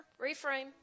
Reframe